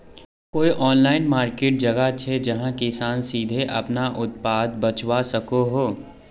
कोई online market जगह छे जहाँ किसान सीधे अपना उत्पाद बचवा सको हो?